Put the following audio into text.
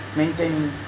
maintaining